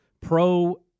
pro